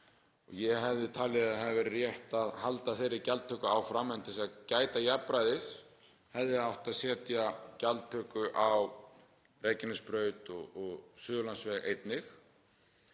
Ég hefði talið að það hefði verið rétt að halda þeirri gjaldtöku áfram. Til að gæta jafnræðis hefði átt að setja gjaldtöku á Reykjanesbraut og Suðurlandsveg einnig.